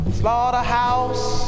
slaughterhouse